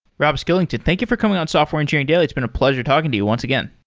rob skillington, thank you for coming on software engineering daily. it's been a pleasure talking to you once again.